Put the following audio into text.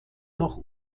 noch